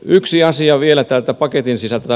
muutama asia vielä täältä paketin sisältä